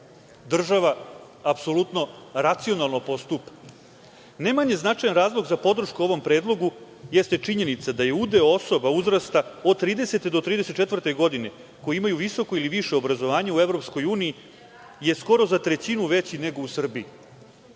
država racionalno postupa. Najmanje značajan razlog za podršku ovom predlogu jeste činjenica da je udeo osoba uzrasta od 30 do 34 godine koji imaju visoko ili više obrazovanje u EU je skoro za trećinu veći nego u Srbiji,